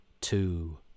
two